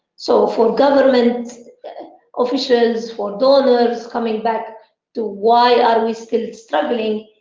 so for government officials, for donors coming back to why are we still struggling,